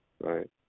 Right